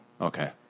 Okay